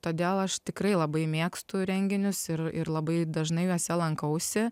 todėl aš tikrai labai mėgstu renginius ir ir labai dažnai juose lankausi